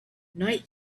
night